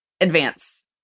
advance